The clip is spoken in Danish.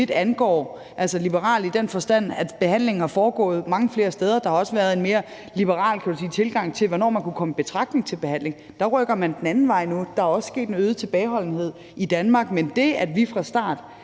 tilgang, altså liberal i den forstand, at behandlingen har foregået mange flere steder. Der har også været en mere liberal, kan man sige, tilgang til, hvornår man kunne komme i betragtning til behandling. Der rykker man den anden vej nu. Der er også kommet en øget tilbageholdenhed i Danmark, men i forhold til det, at vi fra start